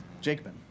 Jacobin